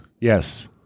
Yes